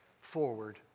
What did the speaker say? forward